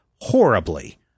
horribly